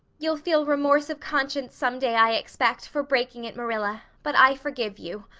you'll feel remorse of conscience someday, i expect, for breaking it, marilla, but i forgive you.